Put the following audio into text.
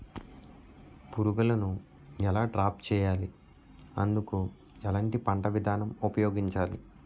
పురుగులను ఎలా ట్రాప్ చేయాలి? అందుకు ఎలాంటి పంట విధానం ఉపయోగించాలీ?